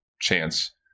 chance